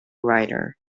writer